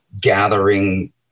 gathering